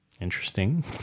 Interesting